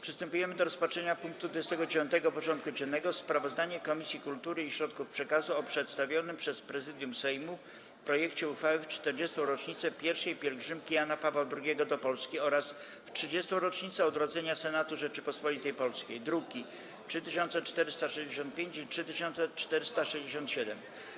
Przystępujemy do rozpatrzenia punktu 29. porządku dziennego: Sprawozdanie Komisji Kultury i Środków Przekazu o przedstawionym przez Prezydium Sejmu projekcie uchwały w 40. rocznicę I pielgrzymki Jana Pawła II do Polski oraz w 30. rocznicę odrodzenia Senatu RP (druki nr 3465 i 3467)